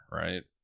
right